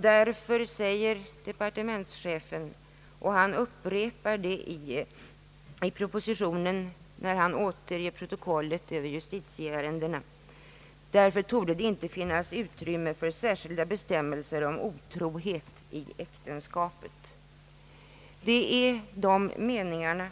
Därför säger departementschefen — och han upprepar det i propositionen när han återger protokollet över justitieärendena — att det inte torde finnas utrymme för särskilda bestämmelser om otrohet i äktenskapet. Det är de meningarna